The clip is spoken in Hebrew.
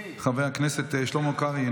חבר הכנסת שלמה קרעי,